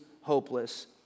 hopeless